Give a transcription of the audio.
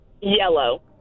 Yellow